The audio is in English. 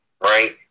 Right